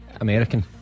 American